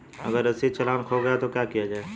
अगर रसीदी चालान खो गया तो क्या किया जाए?